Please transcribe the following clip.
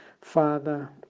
Father